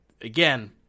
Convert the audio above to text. again